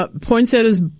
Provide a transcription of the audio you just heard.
poinsettias